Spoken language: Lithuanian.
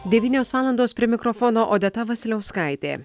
devynios valandos prie mikrofono odeta vasiliauskaitė